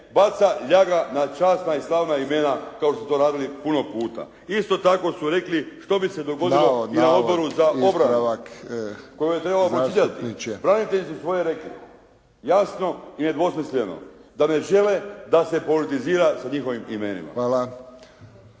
baca ljaga na časna i slavna imena kao što ste radili puno puta. Isto tako su rekli što bi se dogodilo na i na Odboru za obranu kojega je trebalo pročitati. Branitelji su svoje rekli jasno i nedvosmisleno, da ne žele da se politizira sa njihovim imenima.